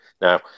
now